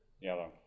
Yellow